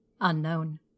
Unknown